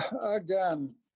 again